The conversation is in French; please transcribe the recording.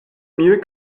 mieux